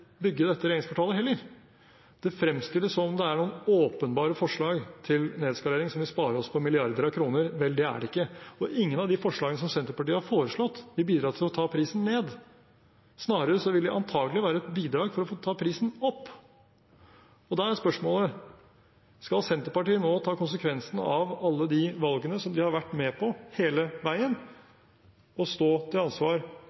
bygge dette regjeringskvartalet. Det fremstilles som om det er noen åpenbare forslag til nedskalering som vil spare oss for milliarder av kroner. Vel, det er det ikke. Og ingen av de forslagene som Senterpartiet har foreslått, vil bidra til å ta prisen ned. Snarere vil de antagelig være bidrag for å ta prisen opp. Da er spørsmålet: Skal Senterpartiet nå ta konsekvensen av alle de valgene som de har vært med på hele veien, og stå til ansvar